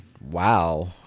Wow